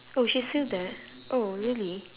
oh she's still there oh really